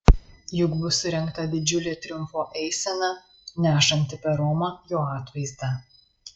juk bus surengta didžiulė triumfo eisena nešanti per romą jo atvaizdą